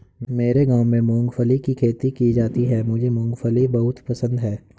मेरे गांव में मूंगफली की खेती की जाती है मुझे मूंगफली बहुत पसंद है